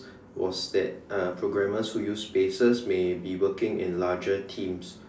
was that uh programmers who uses spaces may be working in larger teams